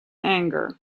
anger